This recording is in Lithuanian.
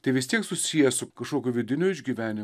tai vis tiek susiję su kažkokiu vidiniu išgyvenimu